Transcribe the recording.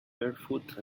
barefoot